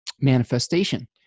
manifestation